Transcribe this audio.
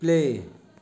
play